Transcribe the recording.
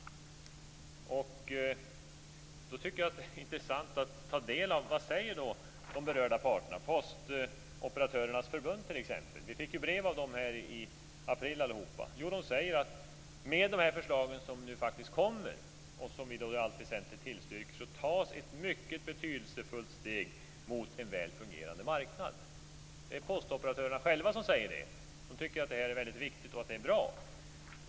Då är det intressant att ta del av vad de berörda parterna säger, t.ex. Postoperatörernas förbund. Vi fick ju alla brev från dem i april. De säger att det med det förslag som nu faktiskt kommer, och som i allt väsentligt tillstyrks, tas ett mycket betydelsefullt steg mot en välfungerande marknad. Det är postoperatörerna själva som säger det. De tycker att det är viktigt och bra.